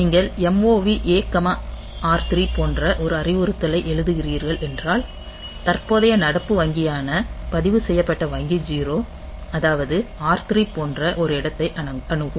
நீங்கள் MOV A R3 போன்ற ஒரு அறிவுறுத்தலை எழுதுகிறீர்கள் என்றால் தற்போதைய நடப்பு வங்கியான பதிவு செய்யப்பட்ட வங்கி 0 அதாவது R3 போன்ற ஒரு இடத்தை அணுகும்